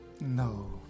No